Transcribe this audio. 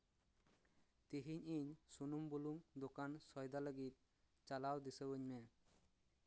ᱛᱤᱦᱤᱧ ᱤᱧ ᱥᱩᱱᱩᱢᱼᱵᱩᱞᱩᱝ ᱫᱳᱠᱟᱱ ᱥᱚᱭᱫᱟ ᱞᱟᱹᱜᱤᱫ ᱪᱟᱞᱟᱜ ᱫᱤᱥᱟᱹᱣᱟᱹᱧ ᱢᱮ